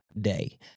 day